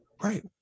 Right